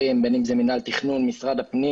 שותפים אחרים בין מנהל התכנון במשרד הפנים